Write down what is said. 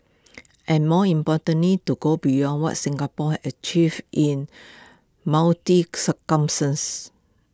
and more importantly to go beyond what Singapore has achieved in